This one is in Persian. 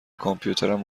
کامپیوترم